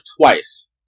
twice